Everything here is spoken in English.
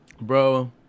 bro